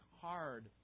hard